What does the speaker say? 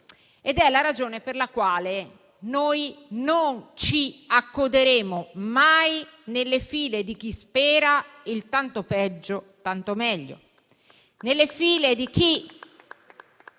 Ed è la ragione per la quale noi non ci accoderemo mai alle file di chi spera nel tanto peggio tanto meglio e alle file di chi,